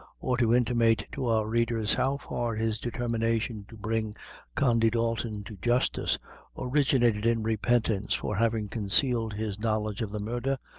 or to intimate to our readers how far his determination to bring condy dalton to justice originated in repentance for having concealed his knowledge of the murder,